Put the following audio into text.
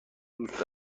دوست